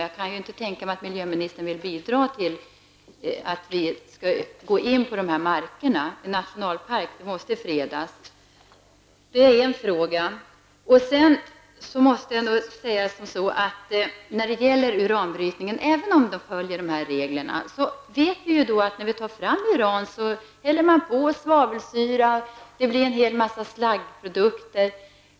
Jag kan inte tänka mig att miljöministern vill bidra till att vi skulle medverka till att dessa marker exploateras. En nationalpark måste fredas. Det var vad min första fråga gällde. Även om man följer reglerna för uranbrytning vet vi ju att när, bryter uran häller man på svavelsyra och det bildas slaggprodukter.